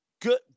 Good